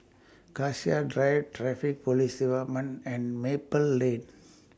Cassia Drive Traffic Police department and Maple Lane